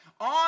On